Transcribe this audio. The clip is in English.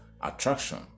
attraction